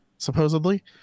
Supposedly